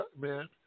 man